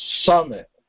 summit